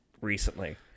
Recently